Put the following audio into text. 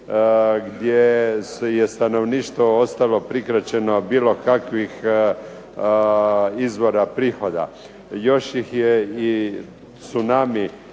gdje je stanovništvo ostalo prikraćeno bilo kakvih izvora prihoda. Još ih je i tsunami